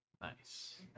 Nice